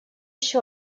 еще